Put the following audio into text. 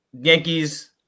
Yankees